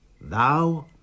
Thou